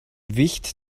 wicht